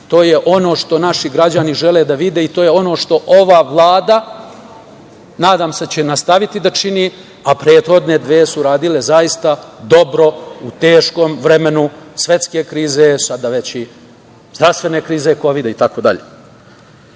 to je ono što naši građani žele da vide i to je ono što ova Vlada, nadam se da će nastaviti da čini, a prethodne dve su radile zaista dobro u teškom vremenu svetske krize, sada već i zdravstvene krize Kovida itd. Mi